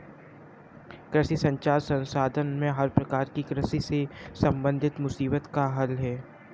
कृषि संचार संस्थान में हर प्रकार की कृषि से संबंधित मुसीबत का हल है